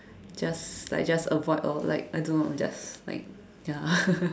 just like just avoid orh like I don't know just like ya